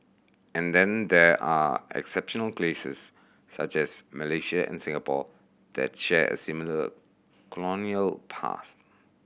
and then there are exceptional cases such as Malaysia and Singapore that share a similar colonial past